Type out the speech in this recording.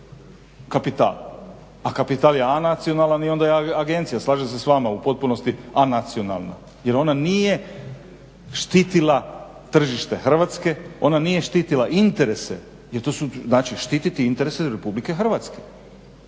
kapital, a kapital je anacionalan i onda je agencija, slažem se s vama u potpunosti, anacionalna jer ona nije štitila tržište Hrvatske, ona nije štitila interese jer to su znači štititi interese Republike Hrvatske.